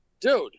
Dude